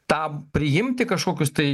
tam priimti kažkokius tai